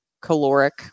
caloric